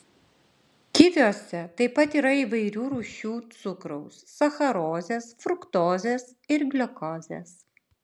kiviuose taip pat yra įvairių rūšių cukraus sacharozės fruktozės ir gliukozės